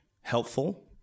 helpful